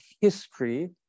history